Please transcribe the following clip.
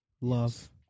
Love